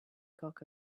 cock